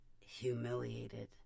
humiliated